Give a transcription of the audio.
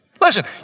Listen